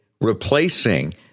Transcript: replacing